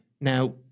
Now